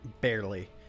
barely